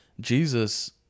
Jesus